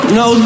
no